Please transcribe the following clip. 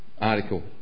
article